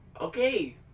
Okay